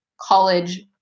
college